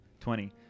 Twenty